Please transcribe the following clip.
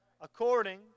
according